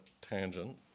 tangent